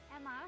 Emma